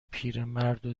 پیرمردو